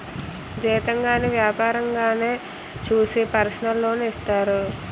జీతం గాని వ్యాపారంగానే చూసి పర్సనల్ లోన్ ఇత్తారు